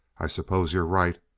i suppose you're right.